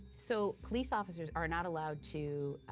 so police officers are not allowed to,